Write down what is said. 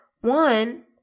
one